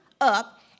up